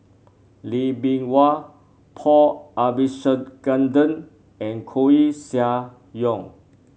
Lee Bee Wah Paul Abisheganaden and Koeh Sia Yong